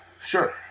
Sure